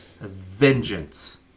vengeance